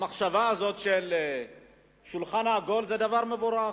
המחשבה הזאת של שולחן עגול זה דבר מבורך,